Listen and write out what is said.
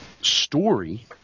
story